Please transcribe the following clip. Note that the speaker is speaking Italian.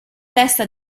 testa